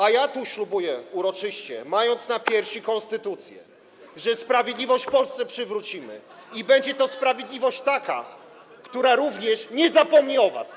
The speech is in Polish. A ja tu ślubuję uroczyście, mając na piersi konstytucję, że sprawiedliwość w Polsce przywrócimy, i że będzie to sprawiedliwość taka, która również nie zapomni o was.